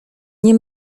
nie